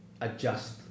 adjust